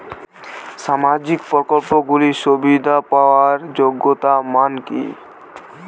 সামাজিক প্রকল্পগুলি সুবিধা পাওয়ার যোগ্যতা মান কি?